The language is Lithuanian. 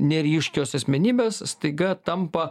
neryškios asmenybės staiga tampa